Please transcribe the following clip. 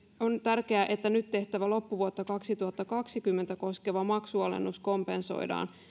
on tärkeää että nyt tehtävä loppuvuotta kaksituhattakaksikymmentä koskeva maksualennus kompensoidaan